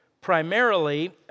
primarily